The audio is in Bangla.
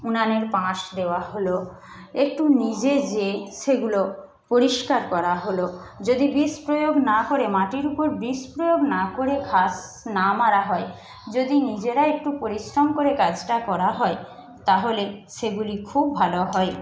উনানের পাঁশ দেওয়া হলো একটু নিজে যেয়ে সেগুলো পরিষ্কার করা হলো যদি বিষ প্রয়োগ না করে মাটির উপর বিষ প্রয়োগ না করে ঘাস না মারা হয় যদি নিজেরা একটু পরিশ্রম করে কাজটা করা হয় তাহলে সেগুলি খুব ভালো হয়